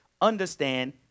understand